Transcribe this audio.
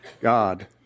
God